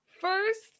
first